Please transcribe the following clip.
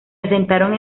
asentaron